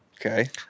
Okay